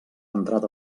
entrat